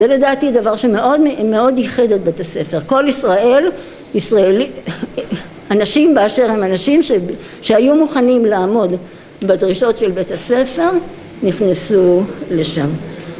זה לדעתי דבר שמאוד מאוד ייחד את בית הספר, כל ישראל, אנשים באשר הם אנשים, שהיו מוכנים לעמוד בדרישות של בית הספר, נכנסו לשם.